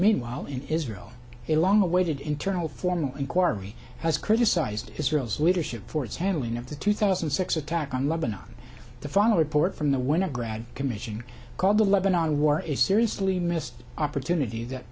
meanwhile in israel a long awaited internal formal inquiry has criticised israel's leadership for its handling of the two thousand and six attack on lebanon the final report from the winograd commission called the lebanon war is seriously missed opportunity that